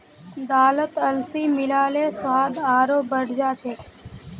दालत अलसी मिला ल स्वाद आरोह बढ़ जा छेक